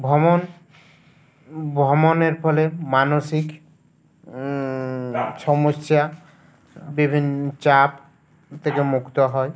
ভমণ ভ্রমণের ফলে মানসিক সমস্যা বিভিন চাপ থেকে মুুক্ত হয়